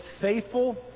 faithful